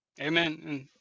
Amen